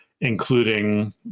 including